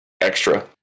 extra